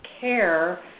care